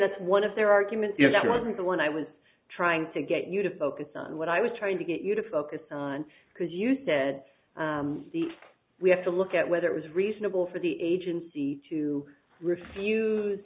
that's one of their arguments you know that wasn't the one i was trying to get you to focus on what i was trying to get you to focus on because you said we have to look at whether it was reasonable for the agency to refuse